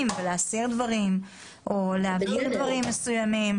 ולהסיר דברים או להבהיר דברים מסוימים.